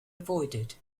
avoided